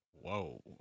Whoa